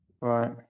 Right